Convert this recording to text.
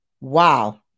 Wow